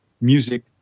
music